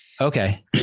Okay